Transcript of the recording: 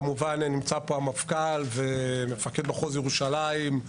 כמובן נמצא פה המפכ"ל ומפקד מחוז ירושלים.